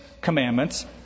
commandments